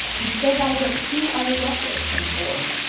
you've still got to get two other yeses from the board.